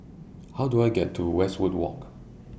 How Do I get to Westwood Walk